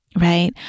right